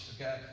okay